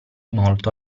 molto